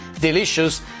delicious